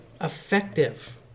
effective